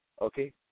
Okay